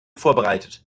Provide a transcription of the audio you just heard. vorbereitet